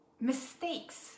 mistakes